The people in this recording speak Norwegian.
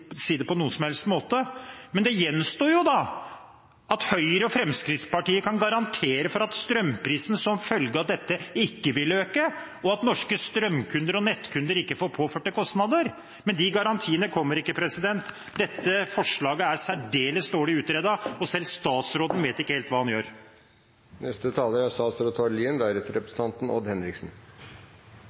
Fremskrittspartiet kan garantere for at strømprisen som følge av dette ikke vil øke, og at norske strømkunder og nettkunder ikke blir påført kostnader. Men de garantiene kommer ikke. Dette forslaget er særdeles dårlig utredet, og selv statsråden vet ikke helt hva han gjør. Det var representanten Holmås som fikk meg til å be om ordet. Han peker på at det er